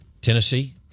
Tennessee